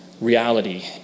reality